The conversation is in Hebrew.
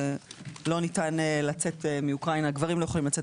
שלא ניתן לצאת מאוקראינה גברים לא יכולים לצאת